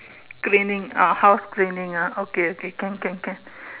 cleaning uh house cleaning ah okay can can can